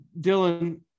Dylan